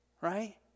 Right